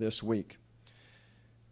this week